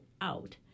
out